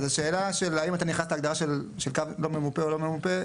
השאלה של האם אתה נכנס להגדרה של קו ממופה או לא ממופה.